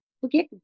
forget